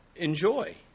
enjoy